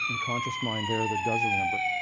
and conscious mind there that does remember.